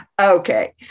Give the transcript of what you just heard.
Okay